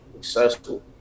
successful